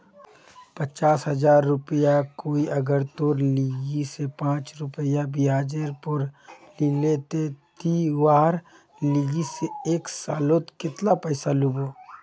पचास हजार रुपया कोई अगर तोर लिकी से पाँच रुपया ब्याजेर पोर लीले ते ती वहार लिकी से एक सालोत कतेला पैसा लुबो?